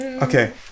Okay